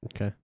Okay